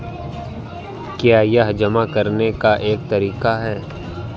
क्या यह जमा करने का एक तरीका है?